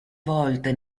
volte